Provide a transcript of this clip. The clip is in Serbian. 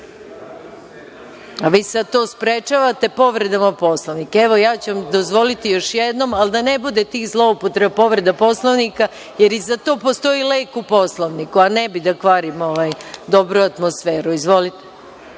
Vi sad to sprečavate povredama Poslovnika. Evo, ja ću vam dozvoliti još jednom, ali da ne bude tih zloupotreba povreda Poslovnika, jer i za to postoji lek u Poslovniku, a ne bih da kvarim dobru atmosferu. Izvolite.